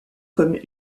comme